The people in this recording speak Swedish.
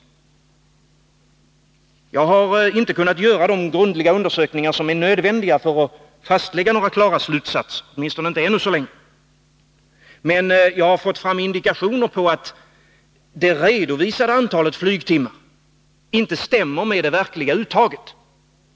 Jag har — åtminstone ännu så länge — inte kunnat göra de grundliga undersökningar som är nödvändiga för att fastlägga några klara slutsatser, men jag har fått fram indikationer på att det redovisade antalet flygtimmar inte stämmer med det verkliga uttaget.